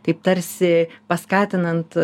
taip tarsi paskatinant